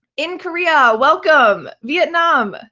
in korea. welcome. vietnam. ah